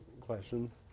questions